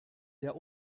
der